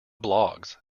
bloggs